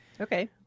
okay